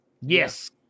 Yes